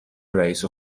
رییس